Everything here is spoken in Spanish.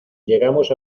llegamos